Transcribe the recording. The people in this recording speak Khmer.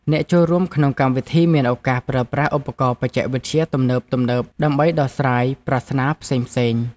អ្នកចូលរួមក្នុងកម្មវិធីមានឱកាសប្រើប្រាស់ឧបករណ៍បច្ចេកវិទ្យាទំនើបៗដើម្បីដោះស្រាយប្រស្នាផ្សេងៗ។